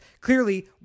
Clearly